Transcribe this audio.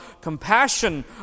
compassion